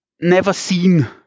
never-seen